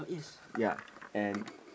ya and